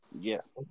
Yes